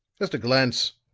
just a glance.